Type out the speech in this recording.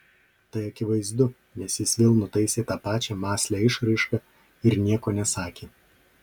tai akivaizdu nes jis vėl nutaisė tą pačią mąslią išraišką ir nieko nesakė